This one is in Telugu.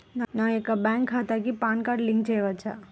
నా యొక్క బ్యాంక్ ఖాతాకి పాన్ కార్డ్ లింక్ చేయవచ్చా?